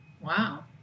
Wow